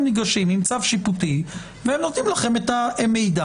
ניגשים עם צו שיפוטי והם נותנים לכם את המידע.